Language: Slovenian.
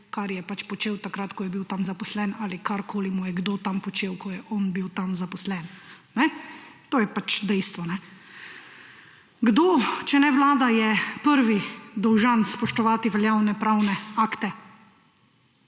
kar je pač počel takrat, ko je bil tam zaposlen ali karkoli mu je kdo tam počel, ko je on bil tam zaposlen. To je pač dejstvo. Kdo, če ne vlada, je prvi dolžan spoštovati veljavne pravne akte?